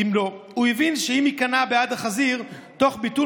הוא הבין שאם ייכנע בעד החזיר תוך ביטול